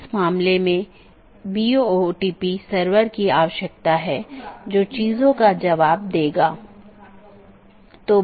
इसका मतलब है यह चीजों को इस तरह से संशोधित करता है जो कि इसके नीतियों के दायरे में है